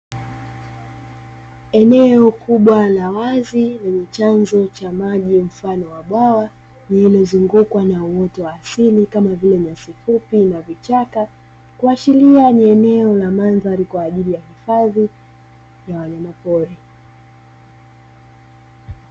Eneo kubwa la wazi lenye chanzo cha maji mfano wa bwawa, lililozungukwa na uoto wa asili kama vile nyasi fupi na vichaka kuashiria ni eneo la mandhari kwa ajili ya hifadhi ya wanyama pori.